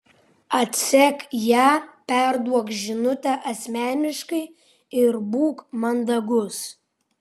atsek ją perduok žinutę asmeniškai ir būk mandagus